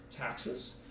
taxes